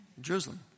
Jerusalem